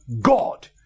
God